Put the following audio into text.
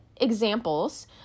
examples